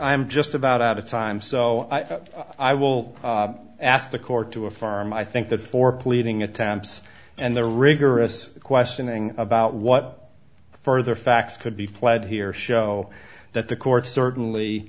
i'm just about out of time so i will ask the court to a farm i think that for pleading attempts and the rigorous questioning about what further facts could be played here show that the court certainly